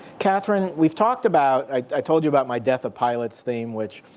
katherine, we've talked about, i told you about my death of pilots theme, which,